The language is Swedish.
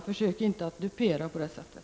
Försök inte att dupera på det sättet!